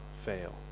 fail